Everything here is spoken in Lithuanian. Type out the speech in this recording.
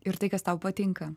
ir tai kas tau patinka